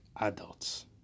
adults